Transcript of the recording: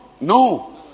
no